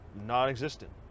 non-existent